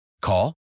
Call